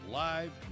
live